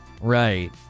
Right